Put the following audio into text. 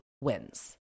wins